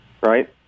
Right